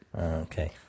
Okay